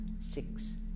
six